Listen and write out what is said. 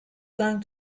going